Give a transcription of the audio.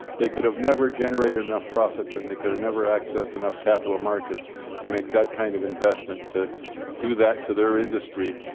they could've never generated enough profits and they could've never accessed enough capital markets to make that kind of investment to do that to their industry,